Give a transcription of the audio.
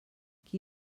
qui